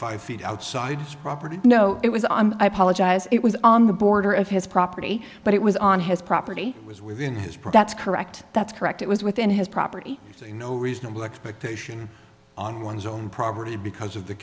five feet outside his property no it was on i apologize it was on the border of his property but it was on his property it was within his profits correct that's correct it was within his property so no reasonable expectation on one's own property because of the